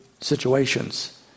situations